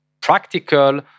practical